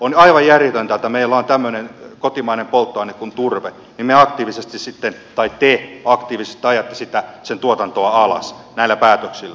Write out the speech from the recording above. on aivan järjetöntä että kun meillä on tämmöinen kotimainen polttoaine kuin turve niin te aktiivisesti ajatte sen tuotantoa alas näillä päätöksillä